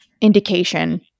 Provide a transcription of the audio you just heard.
indication